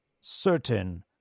certain